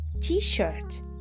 t-shirt